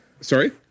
Sorry